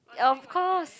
of course